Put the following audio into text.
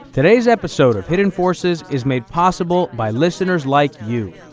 today's episode of hidden forces is made possible by listener's like you.